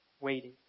waiting